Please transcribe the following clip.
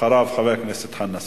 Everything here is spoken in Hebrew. אחריו חבר הכנסת חנא סוייד.